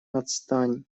отстань